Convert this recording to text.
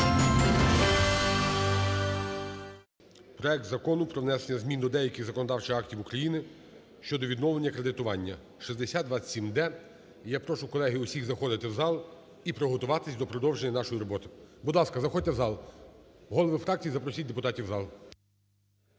проект Закону про внесення змін до деяких законодавчих актів України щодо відновлення кредитування (6027-д). І я прошу, колеги, всіх заходити в зал і приготуватись до продовження нашої роботи. Будь ласка, заходьте в зал. Голови фракцій, запросіть депутатів в зал.